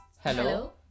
hello